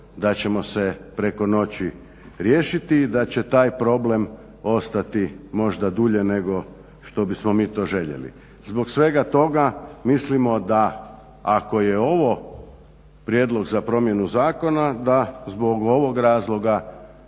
da ćemo se preko noći riješiti i da će taj problem ostati možda dulje nego što bismo mi to željeli. Zbog svega toga mislimo da ako je ovo prijedlog za promjenu zakona da zbog ovog razloga